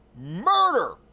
murder